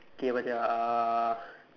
K what's that ah uh